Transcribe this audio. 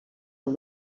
are